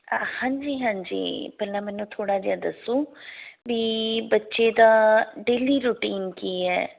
ਹਾਂਜੀ ਹਾਂਜੀ ਪਹਿਲਾਂ ਮੈਨੂੰ ਥੋੜ੍ਹਾ ਜਿਹਾ ਦੱਸੋ ਵੀ ਬੱਚੇ ਦਾ ਡੇਲੀ ਰੂਟੀਨ ਕੀ ਹੈ